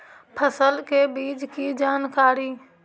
फसल के बीज की जानकारी?